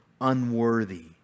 unworthy